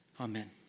Amen